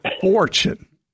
fortune